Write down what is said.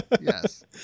Yes